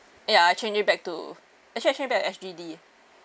ya I change it back to actually I change back S_G_D